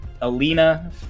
Alina